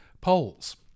polls